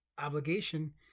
obligation